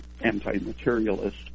anti-materialist